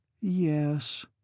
Yes